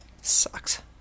Sucks